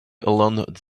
alone